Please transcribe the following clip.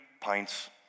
pints